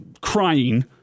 crying